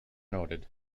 noted